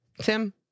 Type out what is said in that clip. Tim